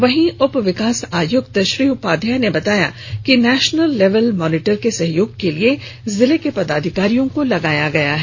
वहीं उप विकास आयुक्त श्री उपाध्याय ने बताया कि नेशनल लेवल मॉनिटर के सहयोग के लिए जिले के पदाधिकारियों को लगाया गया है